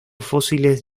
fósiles